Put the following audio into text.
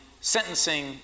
sentencing